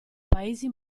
paesi